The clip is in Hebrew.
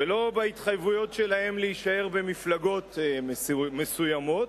ולא בהתחייבויות שלהם להישאר במפלגות מסוימות,